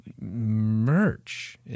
merch